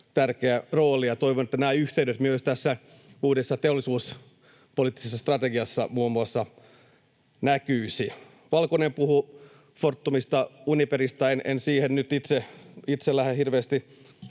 toivon, että nämä yhteydet myös tässä uudessa teollisuuspoliittisessa strategiassa muun muassa näkyisivät. Valkonen puhui Fortumista, Uniperista. En siihen nyt itse lähde hirveästi